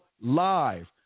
live